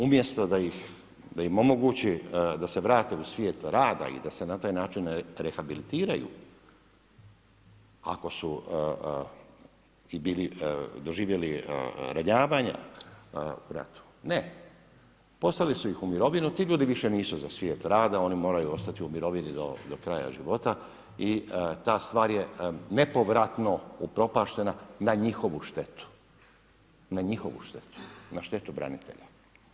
Umjesto da im omogući da se vrate u svijet rada i da se na taj način rehabilitiraju, ako su i bili, doživjeli ranjavanja u ratu, ne, poslali su ih u mirovinu, ti ljudi više nisu za svijet rada, oni moraju ostati u mirovini do kraja života i ta stvar je nepovratno upropaštena na njihovu štetu, na njihovu štetu, na štetu branitelja.